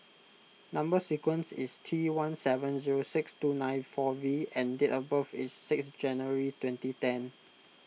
Number Sequence is T one seven zero six two nine four V and date of birth is six January twenty ten